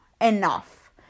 enough